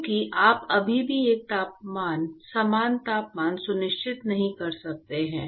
क्योंकि आप अभी भी एक समान तापमान सुनिश्चित नहीं कर सकते हैं